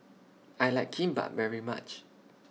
I like Kimbap very much